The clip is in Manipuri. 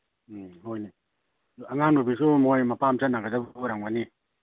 ꯎꯝ ꯍꯣꯏꯅꯦ ꯑꯗꯨ ꯉꯥꯡ ꯅꯨꯄꯤꯁꯨ ꯃꯣꯏ ꯃꯄꯥꯝ ꯆꯠꯅꯒꯗꯕ ꯑꯣꯏꯔꯝꯒꯅꯤ